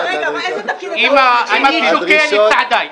אני שוקל את צעדיי.